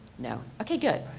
no, okay good